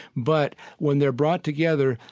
but when they're brought together,